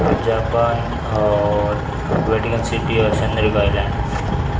Japan और Vatican City और island